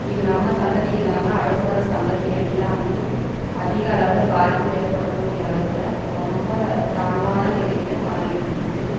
இன் நம்ம சந்ததி இல்லாமல் அடுத்து வர சந்ததி எல்லாமே அதிக அளவில் பாதிப்பு ஏற்படக்கூடிய அளவில் ரொம்ப தாழ்வான நிலையில் மாறிகிட்ருக்குது